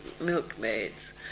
milkmaids